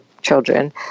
children